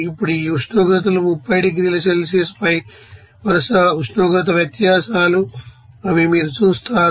ఇప్పుడు ఈ ఉష్ణోగ్రతలు 30 డిగ్రీల సెల్సియస్పై వరుస ఉష్ణోగ్రత వ్యత్యాసాలు అని మీరు చూస్తారు